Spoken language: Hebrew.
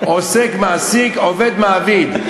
"עוסק מועסקים", "עובד מעביד".